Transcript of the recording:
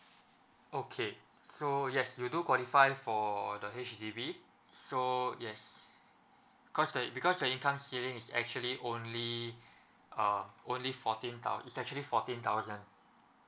okay so yes you do qualify for the H_D_B so yes cause the because the income ceiling is actually only uh only fourteen thou~ it is actually fourteen thousand